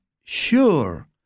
sure